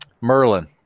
Merlin